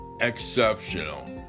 exceptional